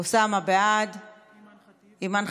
אוסאמה, בעד, אימאן ח'טיב,